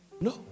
No